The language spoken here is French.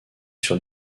sur